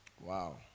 Wow